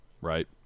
Right